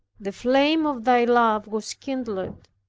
the flame of thy love was kindled,